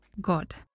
God